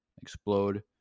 explode